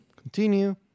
Continue